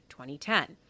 2010